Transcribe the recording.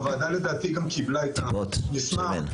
הוועדה לדעתי קיבלה --- משרה,